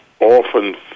often